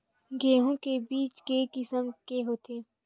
गेहूं के बीज के किसम के होथे?